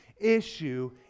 issue